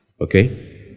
Okay